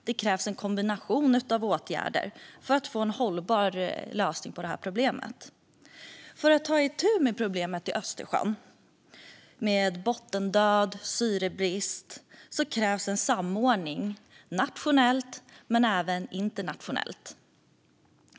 Det krävs en kombination av åtgärder för att få en hållbar lösning på detta problem. För att ta itu med problemet i Östersjön - med bottendöd och syrebrist - krävs samordning både nationellt och internationellt.